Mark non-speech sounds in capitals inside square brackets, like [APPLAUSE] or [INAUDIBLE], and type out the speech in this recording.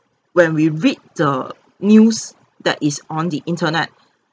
when we read the news that is on the internet [BREATH]